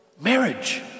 marriage